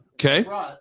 Okay